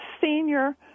senior